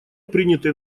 принятые